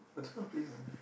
it's not playing [what]